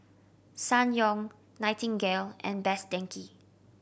Ssangyong Nightingale and Best Denki